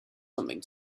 something